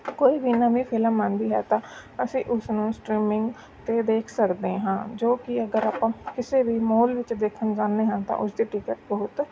ਕੋਈ ਵੀ ਨਵੀਂ ਫਿਲਮ ਆਉਂਦੀ ਹੈ ਤਾਂ ਅਸੀਂ ਉਸਨੂੰ ਸਟ੍ਰੀਮਿੰਗ 'ਤੇ ਦੇਖ ਸਕਦੇ ਹਾਂ ਜੋ ਕਿ ਅਗਰ ਆਪਾਂ ਕਿਸੇ ਵੀ ਮੋਲ ਵਿੱਚ ਦੇਖਣ ਜਾਂਦੇ ਹਾਂ ਤਾਂ ਉਸ ਦੀ ਟਿਕਟ ਬਹੁਤ